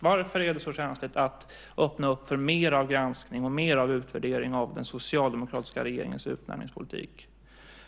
Varför är det så känsligt att öppna upp för mer av granskning, mer av utvärdering av den socialdemokratiska regeringens utnämningspolitik?